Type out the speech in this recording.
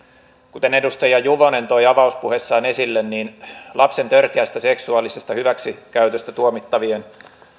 kuten edustaja juvonen toi avauspuheessaan esille niin lapsen törkeästä seksuaalisesta hyväksikäytöstä tuomittavien